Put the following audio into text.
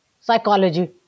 Psychology